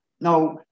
now